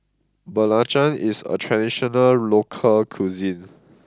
Belacan is a traditional local cuisine